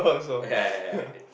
ya